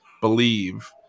believe